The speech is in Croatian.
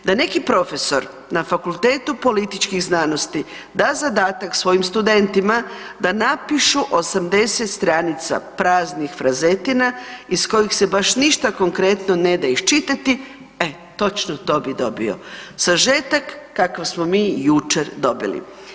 Da neki profesor na Fakultetu političkih znanosti da zadatak svojim studentima da napišu 80 stranica praznih frazetina iz kojih se baš ništa konkretno ne da iščitati e točno to bi dobio sažetak kakav smo mi jučer dobili.